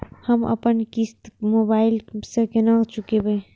हम अपन किस्त मोबाइल से केना चूकेब?